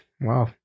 Wow